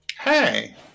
hey